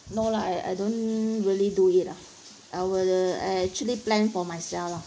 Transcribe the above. no lah I I don't really do it ah I will uh actually plan for myself lah